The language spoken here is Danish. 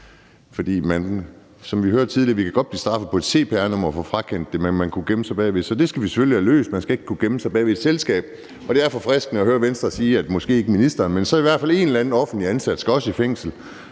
For som vi hørte tidligere, kan vi godt blive straffet på et cpr-nummer og få frakendt retten. Så det skal vi selvfølgelig have løst. Man skal ikke kunne gemme sig bag ved et selskab, og det er forfriskende at høre Venstre sige, at måske ikke ligefrem ministeren, men så i hvert fald en eller anden offentligt ansat, også skal